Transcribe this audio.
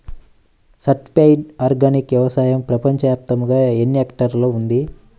Certified organic వ్యవసాయం ప్రపంచ వ్యాప్తముగా ఎన్నిహెక్టర్లలో ఉంది?